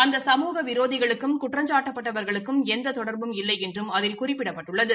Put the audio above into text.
அந்த சமூக விரோதிகளுக்கும் குற்றம்சாட்டப் பட்டவர்களுக்கும் எந்த தொடர்பும் இல்லை என்றம் அதில் குறிப்பிடப்பட்டுள்ளது